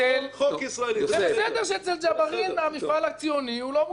בסדר שאצל ג'בארין המפעל הציוני הוא לא מוסרי.